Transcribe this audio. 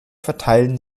verteilen